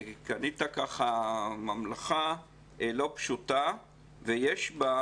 קנית ממלכה לא פשוטה ויש בה,